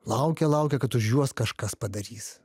laukia laukia kad už juos kažkas padarys